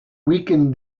weakened